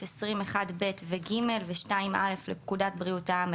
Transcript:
20(1)(ב) ו-(ג) ו-(2)(א) לפקודת בריאות העם,